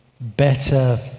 better